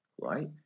Right